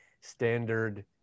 standard